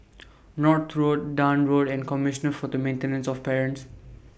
North Road Dahan Road and Commissioner For The Maintenance of Parents